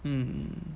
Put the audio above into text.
mm